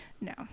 No